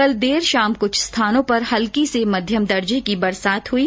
कल देर शाम कुछ स्थानों पर हल्की से मध्यम दर्जे की बारिश हुई